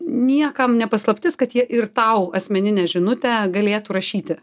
niekam ne paslaptis kad jie ir tau asmeninę žinutę galėtų rašyti